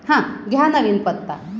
हां घ्या नवीन पत्ता